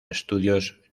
estudios